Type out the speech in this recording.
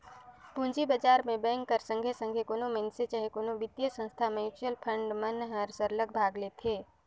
पूंजी बजार में बेंक कर संघे संघे कोनो मइनसे चहे कोनो बित्तीय संस्था, म्युचुअल फंड मन हर सरलग भाग लेथे